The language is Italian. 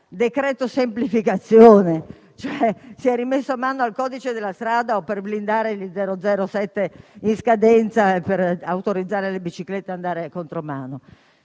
decreto-legge semplificazioni. Si è rimesso mano al codice della strada o per blindare gli 007 in scadenza e per autorizzare le biciclette ad andare contromano.